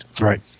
Right